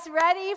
ready